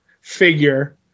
figure